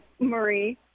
Marie